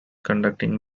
conducting